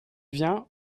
vient